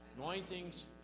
anointings